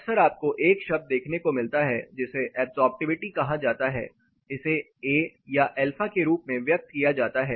अक्सर आपको एक शब्द देखने को मिलता है जिसे ऐब्सॉर्प्टिविटी कहा जाता है इसे a या α के रूप में व्यक्त किया जाता है